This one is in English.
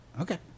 Okay